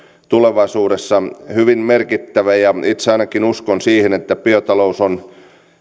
tulevaisuudessa hyvin merkittävä ja itse ainakin uskon siihen että biotalous on